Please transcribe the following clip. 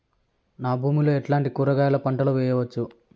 నా భూమి లో ఎట్లాంటి కూరగాయల పంటలు వేయవచ్చు?